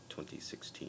2016